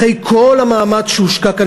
אחרי כל המאמץ שהושקע כאן,